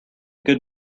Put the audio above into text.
good